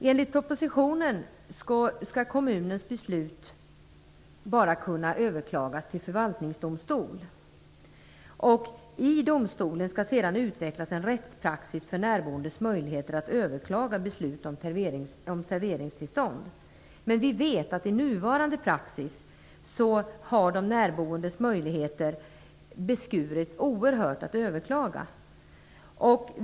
Enligt propositionen skall kommunens beslut bara kunna överklagas till förvaltningsdomstol. I domstolen skall sedan utvecklas en rättspraxis för närboendes möjligheter att överklaga beslut om serveringstillstånd. Men vi vet att i nuvarande praxis har de närboendes möjligheter att överklaga beskurits oerhört.